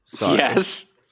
Yes